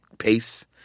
Pace